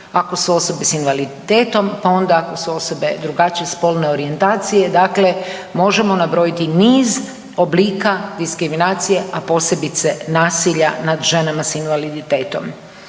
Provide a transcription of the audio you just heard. ako su osobe s invaliditetom pa onda ako su osobe drugačije spolne orijentacije dakle možemo nabrojiti niz oblika diskriminacije, a posebice nasilja nad ženama s invaliditetom.